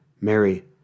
Mary